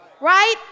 right